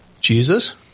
Jesus